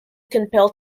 compelled